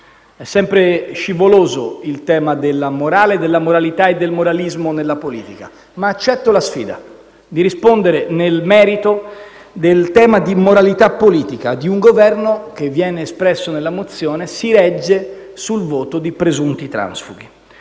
È sempre scivoloso il tema della morale, della moralità e del moralismo nella politica, ma accetto la sfida di rispondere nel merito del tema della moralità politica di un Governo che - così viene espresso nella mozione - si regge sul voto di presunti transfughi.